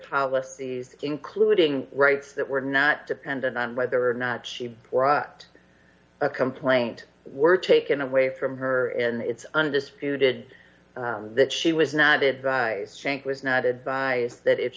policies including rights that were not dependent on whether or not she brought a complaint were taken away from her and it's undisputed that she was not it was not advised that if